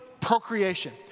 procreation